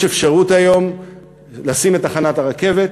יש אפשרות היום לשים את תחנת הרכבת